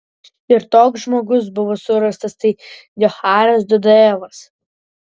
ir toks žmogus buvo surastas tai džocharas dudajevas